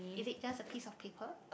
is it just a piece of paper